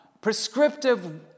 prescriptive